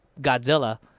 Godzilla